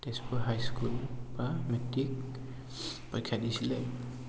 Tezpur high school পৰা matric পৰীক্ষা দিছিলে